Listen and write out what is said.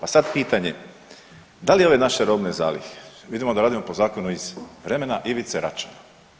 A sad pitanje da li ove naše robne zalihe, vidimo da radimo po zakonu iz vremena Ivice Račana.